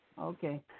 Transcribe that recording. Okay